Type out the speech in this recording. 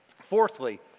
Fourthly